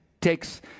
takes